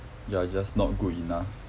you're just not good enough